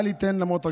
אל יתן למוט רגלך,